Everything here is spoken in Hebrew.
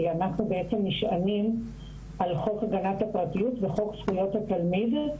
כי אנחנו בעצם מי שאמין על חוק הגנת הפרטיות וחוק זכויות התלמיד,